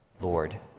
Lord